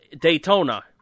Daytona